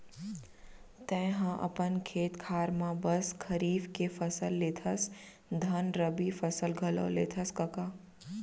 तैंहा अपन खेत खार म बस खरीफ के फसल लेथस धन रबि फसल घलौ लेथस कका?